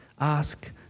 Ask